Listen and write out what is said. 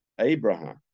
Abraham